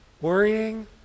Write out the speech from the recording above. Worrying